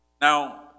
Now